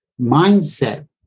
mindset